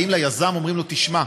באים ליזם, אומרים לו: תשמע,